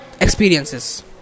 Experiences